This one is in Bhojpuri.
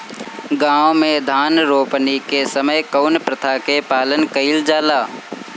गाँव मे धान रोपनी के समय कउन प्रथा के पालन कइल जाला?